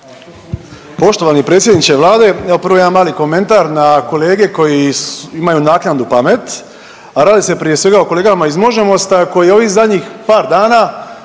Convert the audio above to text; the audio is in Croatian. Poštovani predsjedniče Vlade, evo prvo jedan mali komentar na kolege koji imaju naknadnu pamet, a radi se prije svega o kolegama iz možemosta koji ovih zadnjih par dana